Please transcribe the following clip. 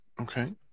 Okay